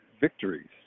victories